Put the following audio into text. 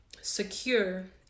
secure